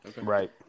Right